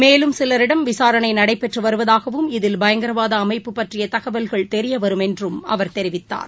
மேலும் சிலரிடம் விசாரணைநடைபெற்றுவருவதாகவும் இதில் பயங்கரவாதஅமைப்பு பற்றியதகவல்கள் தெரியவரும் என்றும் அவர் தெரிவித்தார்